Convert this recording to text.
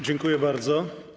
Dziękuję bardzo.